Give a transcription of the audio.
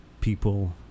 people